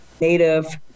native